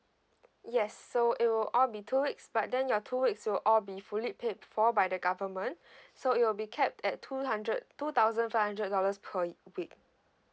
yes so it will all be two weeks but then your two weeks so all be fully paid for by the government so you'll be capped at two hundred two thousand five hundred dollars per week